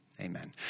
amen